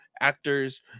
actors